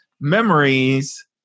memories